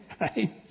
right